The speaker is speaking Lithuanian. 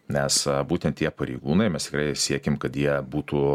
mes būtent tie pareigūnai mes tikrai siekiam kad jie būtų